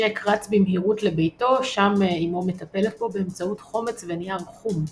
ג'ק רץ במהירות לביתו שם אמו מטפלת בו באמצעות חומץ ונייר חום.